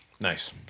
Nice